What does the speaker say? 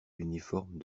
uniforme